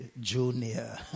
junior